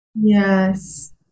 yes